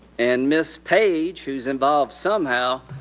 and miss page, who's involved somehow,